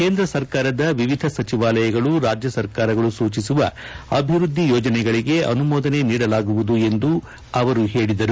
ಕೇಂದ್ರ ಸರ್ಕಾರದ ವಿವಿಧ ಸಚಿವಾಲಯಗಳು ರಾಜ್ಯ ಸರ್ಕಾರಗಳು ಸೂಚಿಸುವ ಅಭಿವೃದ್ಧಿ ಯೋಜನೆಗಳಿಗೆ ಅನುಮೋದನೆ ನೀಡಲಾಗುವುದು ಎಂದು ಅವರು ಹೇಳಿದರು